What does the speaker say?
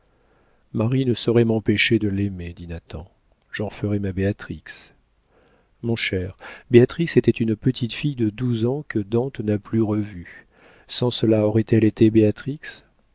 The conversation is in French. ne saurait m'empêcher de l'aimer dit nathan j'en ferai ma béatrix mon cher béatrix était une petite fille de douze ans que dante n'a plus revue sans cela aurait-elle été béatrix